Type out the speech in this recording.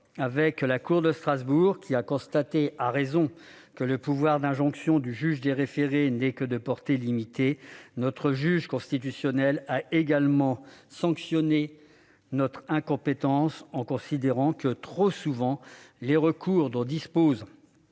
avec la Cour de Strasbourg, qui a constaté, à raison, que le pouvoir d'injonction du juge des référés n'était que de portée limitée, notre juge constitutionnel a également sanctionné notre incompétence en considérant que, trop souvent, les recours dont disposent